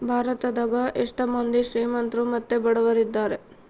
ಭಾರತದಗ ಎಷ್ಟ ಮಂದಿ ಶ್ರೀಮಂತ್ರು ಮತ್ತೆ ಬಡವರಿದ್ದಾರೆ?